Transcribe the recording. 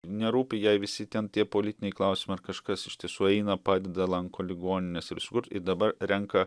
nerūpi jai visi ten tie politiniai klausimai ar kažkas iš tiesų eina padeda lanko ligonines visur ir dabar renka